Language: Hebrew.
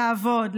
לעבוד,